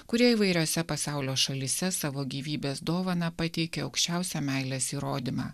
kurie įvairiose pasaulio šalyse savo gyvybės dovaną pateikė aukščiausią meilės įrodymą